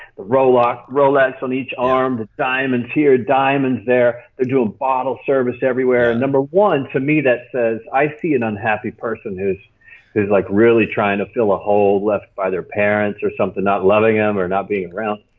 the rolex rolex on each arm, the diamonds here, diamonds there. they're doing bottle service everywhere. and number one, to me that says i see an unhappy person whose whose like really trying to fill a hole left by their parents or something not loving them or not being around.